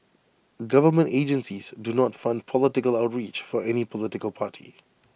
government agencies do not fund political outreach for any political party